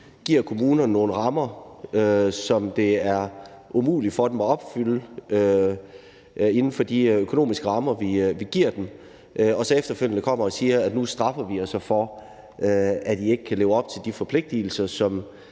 giver kommunerne nogle rammer, som det er umuligt for dem at opfylde inden for de økonomiske rammer, vi giver dem, og så efterfølgende kommer og siger: Nu straffer vi jer for, at I ikke kan leve op til de forpligtelser, som